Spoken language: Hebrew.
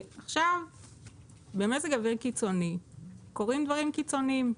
במזג אוויר קיצוני קורים דברים קיצוניים.